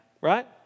Right